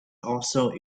also